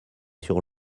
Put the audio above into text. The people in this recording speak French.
sur